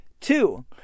two